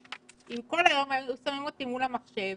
אם כל היום היו שמים אותי מול המחשב